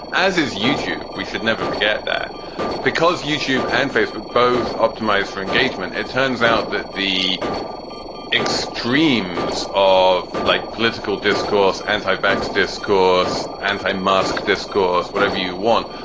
as is youtube. we should never forget that because youtube and facebook both optimized for engagement. it turns out that the extremes of like political discourse and tiebacks, discourse, anti mosque discourse, whatever you want,